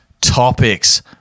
topics